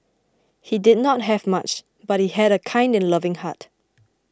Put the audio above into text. he did not have much but he had a kind and loving heart